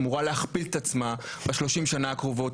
אמורה להכפיל את עצמה ב-30 השנה הקרובות,